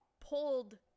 pulled